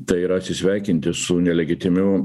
tai yra atsisveikinti su nelegitimiu